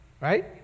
Right